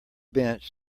bench